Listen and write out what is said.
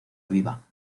aviva